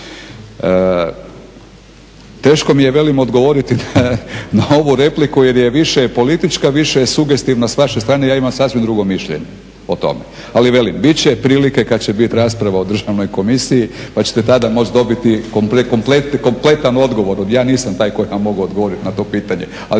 Teško mi je velim odgovoriti na ovu repliku jer je više politička, više je sugestivna s vaše strane, ja imam sasvim drugo mišljenje o tome. Ali velim bit će prilike kada će biti rasprava o državnoj komisiji pa ćete tada moći dobiti kompletan odgovor. Ja nisam taj koji može odgovoriti na to pitanje,